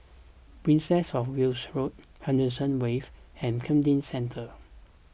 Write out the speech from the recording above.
Princess of Wales Road Henderson Wave and Camden Centre